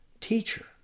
teacher